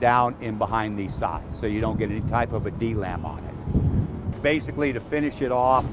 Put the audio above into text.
down in behind these sides. so you don't get any type of a de-lam on it. and basically to finish it off,